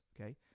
okay